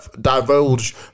divulge